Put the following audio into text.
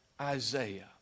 Isaiah